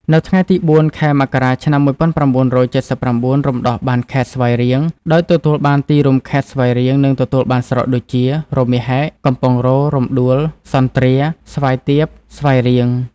នៅថ្ងៃទី ០៤ ខែមករា ឆ្នាំ ១៩៧៩ រំដោះបានខេត្តស្វាយរៀង ដោយទទួលបានទីរួមខេត្ត ស្វាយរៀង និងទទួលបានស្រុកដូចជា រមាសហែក កំពង់រោទិ៍ រំដួល សន្ទ្រា ស្វាយទាប ស្វាយរៀង។